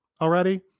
already